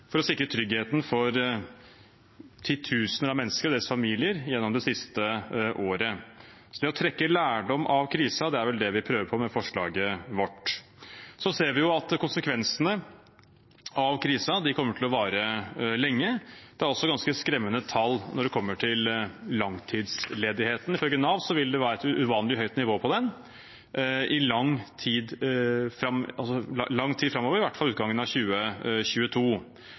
for å sikre tryggheten for titusener av mennesker og deres familier gjennom det siste året. Det å trekke lærdom av krisen er vel det vi prøver på med forslaget vårt. Så ser vi at konsekvensene av krisen kommer til å vare lenge. Det er også ganske skremmende tall når det gjelder langtidsledigheten. Ifølge Nav vil det være et uvanlig høyt nivå på den i lang tid framover, i hvert fall til utgangen av 2022.